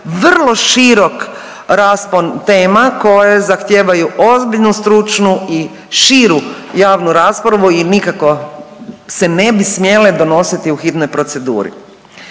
vrlo širok raspon tema koje zahtijevaju ozbiljnu stručnu i širu javnu raspravu i nikako se ne bi smjele donositi u hitnoj proceduri.